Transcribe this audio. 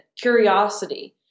curiosity